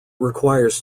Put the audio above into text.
requires